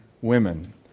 women